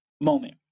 moment